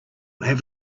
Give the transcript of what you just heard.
have